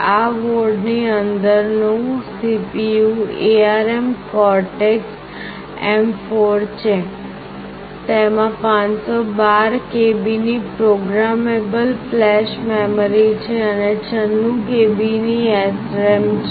આ બોર્ડ ની અંદરનું CPU ARM Cortex M4 છે તેમાં 512KB ની પ્રોગ્રામેબલ ફ્લેશ મેમરી છે અને 96KB ની SRAM છે